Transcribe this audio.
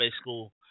school